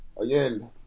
Again